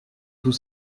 tout